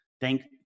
Thank